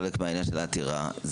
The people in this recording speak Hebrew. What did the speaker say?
חלק מהעניין של העתירה,